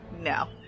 No